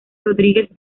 rodríguez